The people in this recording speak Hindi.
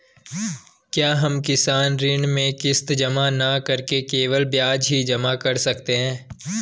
क्या हम किसान ऋण में किश्त जमा न करके केवल ब्याज ही जमा कर सकते हैं?